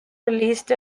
released